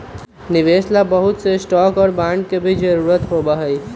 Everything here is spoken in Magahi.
निवेश ला बहुत से स्टाक और बांड के भी जरूरत होबा हई